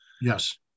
Yes